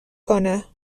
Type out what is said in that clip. کنه